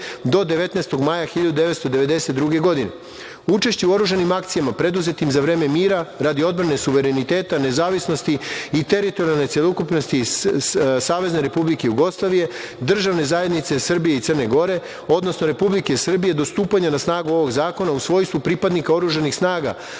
do 19. maja 1992. godine. Učešće u oružanim akcijama preduzetim za vreme mira radi odbrane suvereniteta nezavisnosti i teritorijalne celokupnosti SRJ, Državne zajednice Srbije i Crne Gore, odnosno Republike Srbije do stupanja na snagu ovog zakona u svojstvu pripadnika oružanih snaga